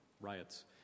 riots